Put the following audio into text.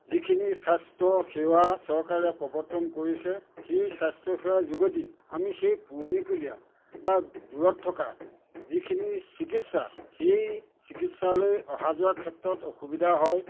যিখিনি স্বাস্থ্য সেৱা চৰকাৰে প্ৰৱৰ্তন কৰিছে সেই স্বাস্থ্যসেৱাৰ যোগেদি আমি সেই পুৰণিকলীয়া বা দূৰত থকা যিখিনি চিকিৎসা সেই চিকিৎসালয় অহা যোৱাৰ ক্ষেত্ৰত অসুবিধা হয়